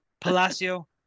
Palacio